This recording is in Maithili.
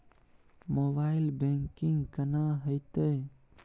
मोबाइल बैंकिंग केना हेते?